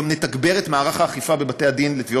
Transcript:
אנחנו נתגבר את מערך האכיפה בבתי-הדין לתביעות